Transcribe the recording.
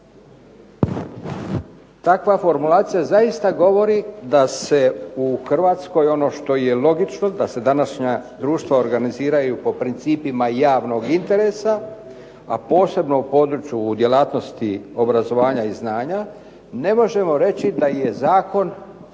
Takva formulacija zaista govori da se u Hrvatskoj ono što je logično, da se današnja društva organiziraju po principima javnog interesa, a posebno u području djelatnosti obrazovanja i znanja. Ne možemo reći da je zakon